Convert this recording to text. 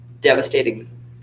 devastating